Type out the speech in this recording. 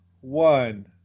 one